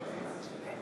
כן,